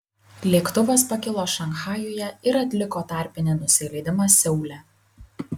lėktuvas pakilo šanchajuje ir atliko tarpinį nusileidimą seule